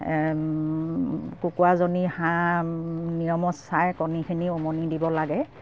কুকৰাজনী হাঁহ নিয়মত চাই কণীখিনি উমনি দিব লাগে